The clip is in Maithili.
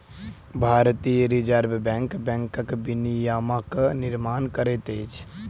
भारतीय रिज़र्व बैंक बैंकक विनियमक निर्माण करैत अछि